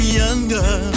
younger